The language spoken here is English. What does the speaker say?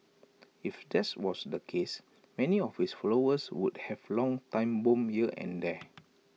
if that was the case many of his followers would have long time bomb here and there